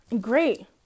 Great